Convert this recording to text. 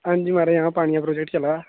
हां जी महाराज हां पानियै दा प्रोजेक्ट चलै दा